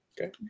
Okay